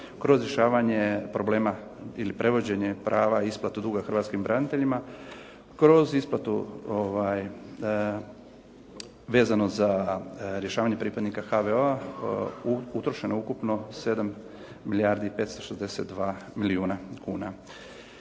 kroz rješavanje problema ili prevođenje prava isplate duga hrvatskim braniteljima, kroz isplatu vezano za rješavanje pripadnika HVO-a utrošeno ukupno 7 milijardi i 562 milijuna kuna.